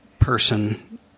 Person